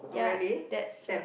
ya that's a